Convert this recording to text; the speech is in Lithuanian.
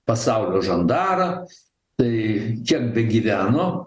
pasaulio žandarą tai kiek begyveno